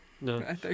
No